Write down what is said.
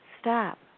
stop